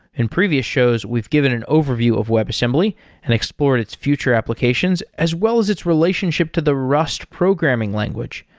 in previous shows, we've given an overview of webassembly and explored its future applications, as well as its relationship to the rust programming language.